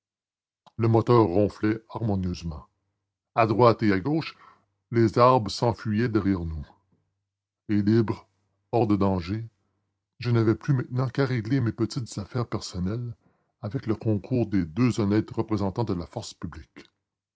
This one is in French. le moteur ronflait harmonieusement à droite et à gauche les arbres s'enfuyaient derrière nous et libre hors de danger je n'avais plus maintenant qu'à régler mes petites affaires personnelles avec le concours des deux honnêtes représentants de la force publique